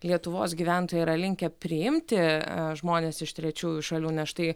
lietuvos gyventojai yra linkę priimti žmones iš trečiųjų šalių nes štai